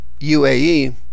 UAE